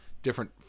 different